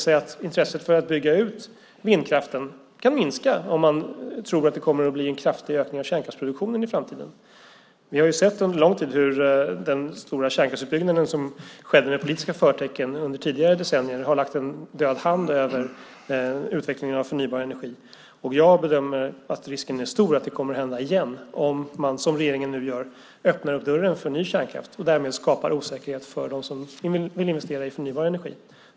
Intresset för att bygga ut vindkraften kan minska om man tror att det kommer att bli en kraftig ökning av kärnkraftsproduktionen i framtiden. Vi har sett under lång tid hur den stora kärnkraftsutbyggnad som skedde med politiska förtecken under tidigare decennier har lagt en död hand över utvecklingen av förnybar energi. Jag bedömer att risken är stor för att det kommer att hända igen om man, som regeringen nu gör, öppnar dörren för ny kärnkraft och därmed skapar osäkerhet för dem som vill investera i förnybar energi.